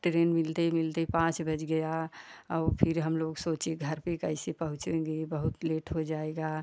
train मिलते मिलते पाँच बज गया औ फिर हम लोग सोची घर पर कैसे पहुँचेंगे बहुत लेट हो जाएगा